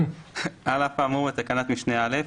(ד)על אף האמור בתקנת משנה (א),